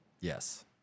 Yes